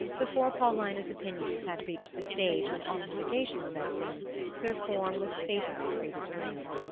before paulina's opinions had reached the stage when ossification sets in their form was fatally predetermined.